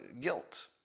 guilt